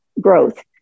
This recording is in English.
growth